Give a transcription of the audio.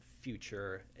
future